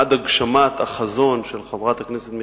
עד הגשמת החזון של חברת הכנסת מיכאלי,